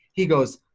he goes,